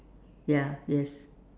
ya yes